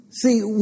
See